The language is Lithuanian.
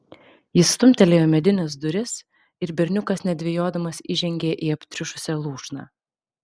jis stumtelėjo medines duris ir berniukas nedvejodamas įžengė į aptriušusią lūšną